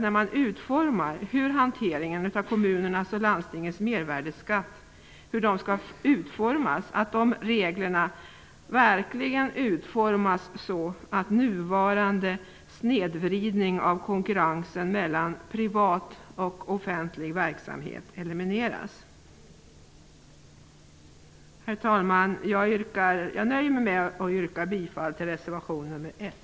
När man utformar hanteringen av kommunernas och landstingens mervärdesskatt är det viktigt att reglerna blir sådana att nuvarande snedvridning av konkurrensen mellan privat och offentlig verksamhet elimineras. Herr talman! Jag nöjer mig med att yrka bifall till reservation 1.